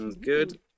good